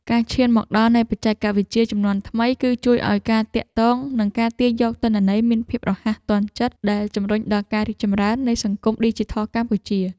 ការឈានមកដល់នៃបច្ចេកវិទ្យាជំនាន់ថ្មី គឺ ជួយឱ្យការទាក់ទង និង ការទាញយកទិន្នន័យមានភាពរហ័សទាន់ចិត្ត ដែលជម្រុញដល់ការរីកចម្រើននៃសង្គមឌីជីថលកម្ពុជា។